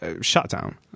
shutdown